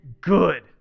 good